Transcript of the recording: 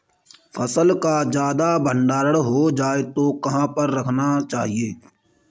फसल का ज्यादा भंडारण हो जाए तो कहाँ पर रखना चाहिए?